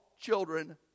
children